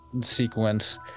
sequence